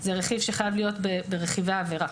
זה רכיב שחייב להיות ברכיבי העבירה.